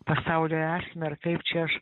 pasaulio esmę ar kaip čia aš